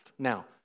Now